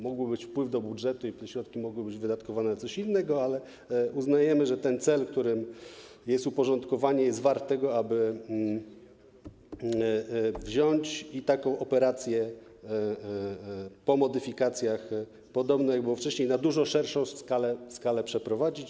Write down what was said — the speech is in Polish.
Mógłby być wpływ do budżetu i te środki mogłyby być wydatkowane na coś innego, ale uznajemy, że cel, którym jest uporządkowanie, jest wart tego, aby taką operację po modyfikacjach, podobnie jak było wcześniej, na dużo szerszą skalę przeprowadzić.